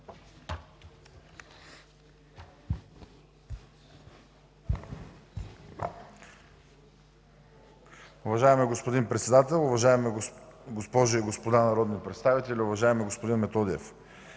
Уважаеми господин Председател, уважаеми дами и господа народни представители! Уважаеми господин Чуколов,